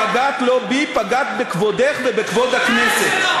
פגעת לא בי, פגעת בכבודך ובכבוד הכנסת.